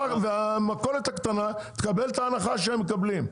והמכולת הקטנה תקבל את ההנחה שהם מקבלים,